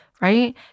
right